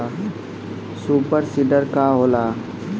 Super seeder का होला?